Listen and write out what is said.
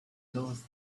those